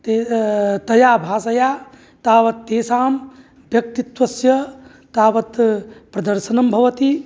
ते तया भाषया तावत् तेषां व्यक्तित्वस्य तावत् प्रदर्शनं भवति